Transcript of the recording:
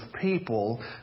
people